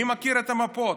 מי מכיר את המפות?